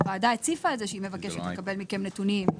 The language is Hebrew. הוועדה הציפה את זה שהיא מבקשת לקבל מכם נתונים.